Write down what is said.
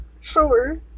sure